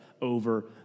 over